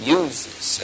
uses